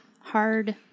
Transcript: hard